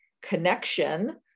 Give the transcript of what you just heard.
connection